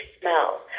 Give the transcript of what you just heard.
smell